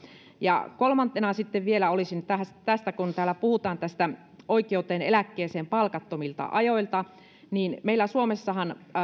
ja kolmantena sitten vielä tästä kun täällä puhutaan tästä oikeudesta eläkkeeseen palkattomilta ajoilta meillä suomessahan